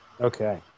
Okay